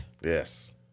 Yes